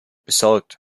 besorgt